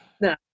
No